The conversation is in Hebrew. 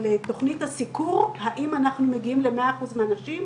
וכל החלק הזה יורד כאשר מגלים את הגידולים קטנים ובודקים את האופי שלהם.